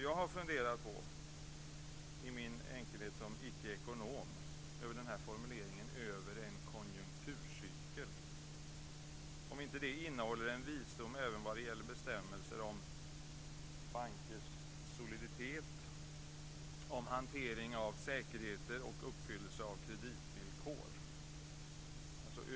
Jag har funderat, i min enkelhet som icke-ekonom, på formuleringen "över en konjunkturcykel", om inte den innehåller en visdom även vad gäller bestämmelser om bankers soliditet, hantering av säkerheter och uppfyllelse av kreditvillkor.